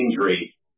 injury